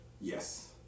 Yes